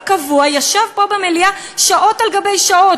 קבוע ישב פה במליאה שעות על גבי שעות.